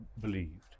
believed